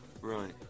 Right